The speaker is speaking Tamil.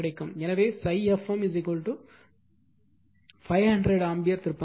எனவே ∅ f m 500 ஆம்பியர் திருப்பங்கள்